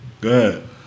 Good